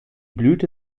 blüte